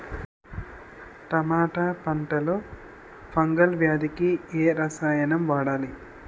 టమాటా పంట లో ఫంగల్ వ్యాధికి ఏ రసాయనం వాడాలి?